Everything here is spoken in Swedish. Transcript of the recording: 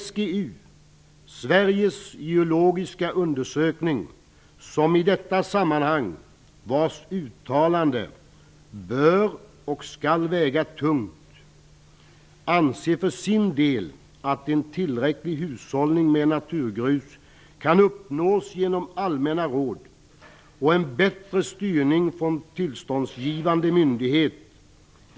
SGU, Sveriges geologiska undersökning, vars uttalande i detta sammanhang bör och skall väga tungt, anser för sin del att en tillräcklig hushållning med naturgrus kan uppnås genom allmänna råd och en bättre styrning från tillståndsgivande myndighet.